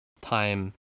Time